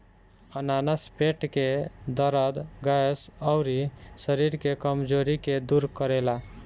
अनानास पेट के दरद, गैस, अउरी शरीर के कमज़ोरी के दूर करेला